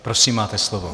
Prosím, máte slovo.